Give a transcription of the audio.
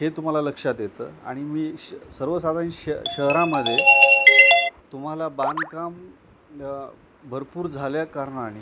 हे तुम्हाला लक्षात येतं आणि मी श सर्वसाधारण श शहरामध्ये तुम्हाला बांधकाम भरपूर झाल्या कारणाने